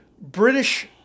British